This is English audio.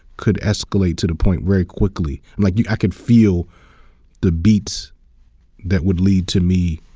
could escalate to the point very quickly, like i could feel the beats that would lead to me